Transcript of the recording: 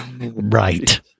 Right